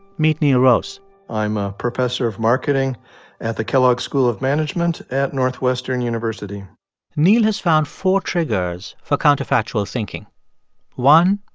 meet neal roese i'm a professor of marketing at the kellogg school of management at northwestern university neal has found four triggers for counterfactual thinking one,